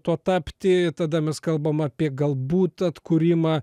tuo tapti tada mes kalbam apie galbūt atkūrimą